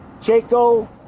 Chaco